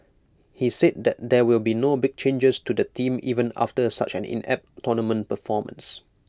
he said that there will be no big changes to the team even after such an inept tournament performance